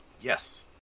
Yes